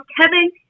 kevin